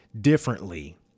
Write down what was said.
differently